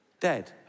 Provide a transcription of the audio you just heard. Dead